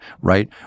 right